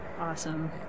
Awesome